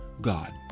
God